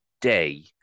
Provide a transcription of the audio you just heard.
day